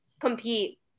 compete